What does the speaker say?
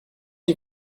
die